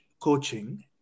coaching